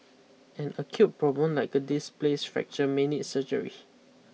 an acute problem like a displaced fracture may need surgery